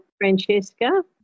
Francesca